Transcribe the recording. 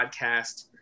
podcast